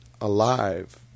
Alive